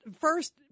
first